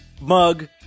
mug